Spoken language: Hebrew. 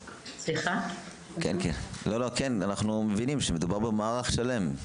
אנחנו מבינים שמדובר במערך שלם.